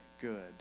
good